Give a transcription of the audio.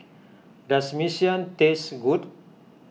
does Mee Siam taste good